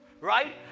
right